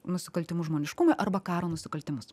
nusikaltimus žmoniškumui arba karo nusikaltimus